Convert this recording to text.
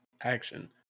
action